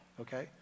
okay